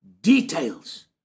details